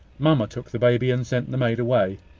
mamma took the baby, and sent the maid away.